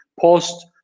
post